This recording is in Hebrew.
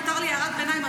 מותר לי הערת ביניים,